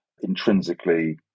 intrinsically